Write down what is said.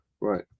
Right